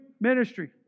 ministry